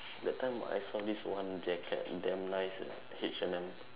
that time I saw this one jacket damn nice at H and M